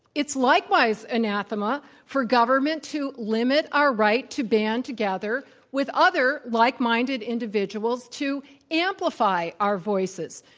it's likewise anathema for government to limit our right to band together with other like-minded individuals to amplify our voices.